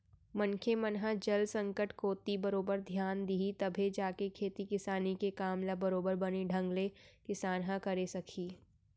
मनखे मन ह जल संकट कोती बरोबर धियान दिही तभे जाके खेती किसानी के काम ल बरोबर बने ढंग ले किसान ह करे सकही